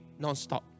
nonstop